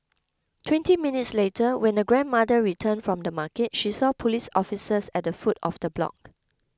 twenty minutes later when the grandmother returned from the market she saw police officers at the foot of the block